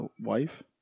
wife